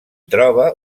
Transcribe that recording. troba